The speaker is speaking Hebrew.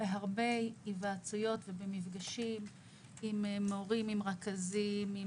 בהרבה היוועצויות ומפגשים עם מורים, עם רכזים.